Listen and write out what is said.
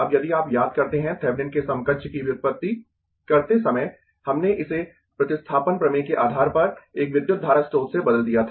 अब यदि आप याद करते है थेविनिन के समकक्ष की व्युत्पत्ति करते समय हमने इसे प्रतिस्थापन प्रमेय के आधार पर एक विद्युत धारा स्रोत से बदल दिया था